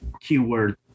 keyword